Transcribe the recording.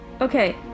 Okay